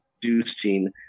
producing